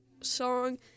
song